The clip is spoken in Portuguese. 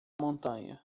montanha